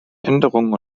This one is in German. änderungen